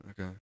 okay